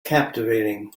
captivating